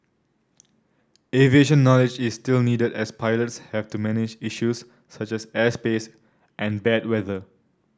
aviation knowledge is still needed as pilots have to manage issues such as airspace and bad weather